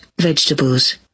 vegetables